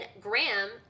Graham